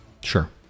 Sure